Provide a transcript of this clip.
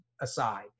aside